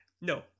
No